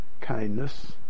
kindness